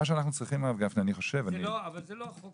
אבל החוק